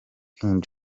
king